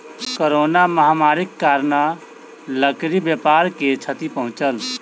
corona महामारीक कारणेँ लकड़ी व्यापार के क्षति पहुँचल